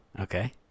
Okay